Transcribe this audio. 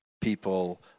people